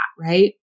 right